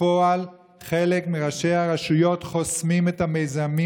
בפועל חלק מראשי הרשויות חוסמים את המיזמים